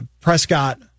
Prescott